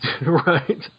Right